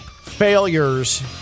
failures